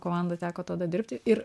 komandoj teko tada dirbti ir